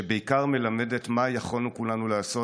ובעיקר מלמד מה כולנו יכולנו לעשות.